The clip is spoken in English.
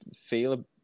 feel